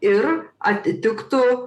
ir atitiktų